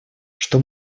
что